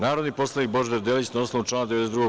Narodni poslanik Božidar Delić, na osnovu člana 92.